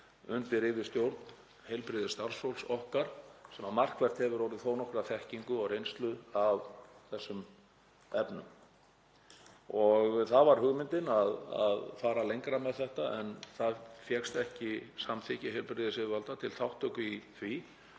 undir yfirstjórn heilbrigðisstarfsfólks okkar sem margt hvert hefur orðið þó nokkra þekkingu og reynslu af þessum efnum. Hugmyndin var að fara lengra með þetta en ekki fékkst samþykki heilbrigðisyfirvalda til þátttöku í því.